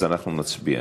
אז אנחנו נצביע.